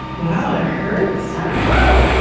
wow! it hurts? i don't know!